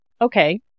okay